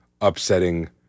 upsetting